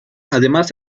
además